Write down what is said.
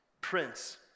Prince